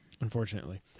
Unfortunately